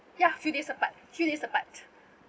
ya few days apart few days apart